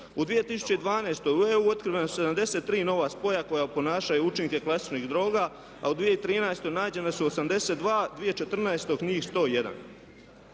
U 2012. u EU otkrivena su 73 nova spoja koja oponašaju učinke klasičnih droga, a u 2013. nađena su 82, 2014. njih 101.